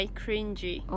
cringy